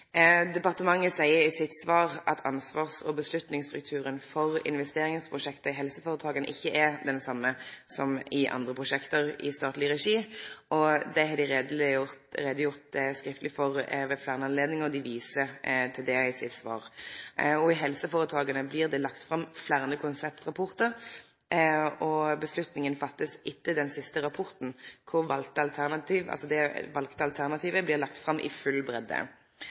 Departementet seier i svaret sitt at «ansvars- og beslutningsstrukturen for investeringsprosjekter i helseforetakene ikke er den samme som i prosjekter i statlig regi», og det har dei gjort greie for skriftleg ved fleire anledningar. I helseføretaka blir det lagt fram fleire konseptrapportar, og avgjerda blir teken etter den siste rapporten, der det valde alternativet blir lagt fram i full